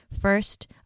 First